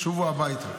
ישובו הביתה,